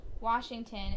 Washington